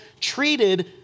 treated